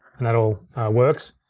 and that all works.